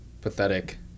Pathetic